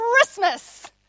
Christmas